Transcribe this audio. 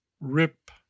Rip